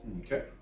Okay